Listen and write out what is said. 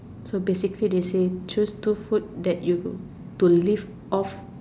so basically they say choose two food that you to life off